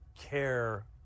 care